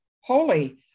Holy